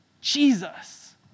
Jesus